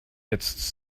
jetzt